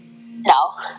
No